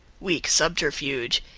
weak subterfuge!